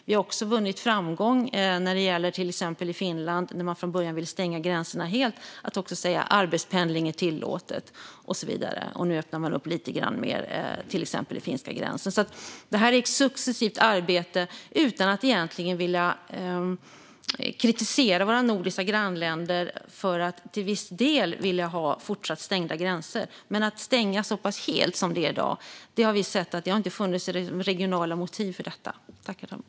Vi har också vunnit framgång när det till exempel gäller Finland, där man från början ville stänga gränserna helt, med att säga att arbetspendling är tillåtet. Nu öppnar man också upp lite mer vid finska gränsen. Detta är ett successivt arbete. Jag vill inte kritisera våra nordiska grannländer för att de till viss del vill ha fortsatt stängda gränser, men vi ser inte att det har funnits regionala motiv för att stänga så pass helt som i dag.